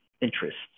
interests